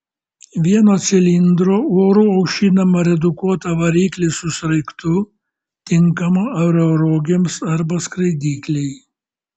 vieno cilindro oru aušinamą redukuotą variklį su sraigtu tinkamą aerorogėms arba skraidyklei